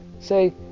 say